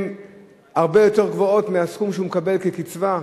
הרבה יותר גבוהות מהסכום שהוא מקבל כקצבה?